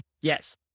Yes